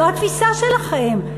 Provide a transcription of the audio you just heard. זו התפיסה שלכם.